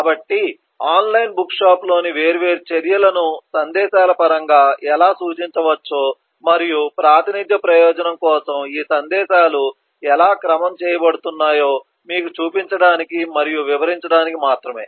కాబట్టి ఆన్లైన్ బుక్షాప్లోని వేర్వేరు చర్యలను సందేశాల పరంగా ఎలా సూచించవచ్చో మరియు ప్రాతినిధ్య ప్రయోజనం కోసం ఈ సందేశాలు ఎలా క్రమం చేయబడుతున్నాయో మీకు చూపించడానికి మరియు వివరించడానికి మాత్రమే